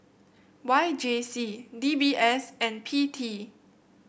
Y J C D B S and P T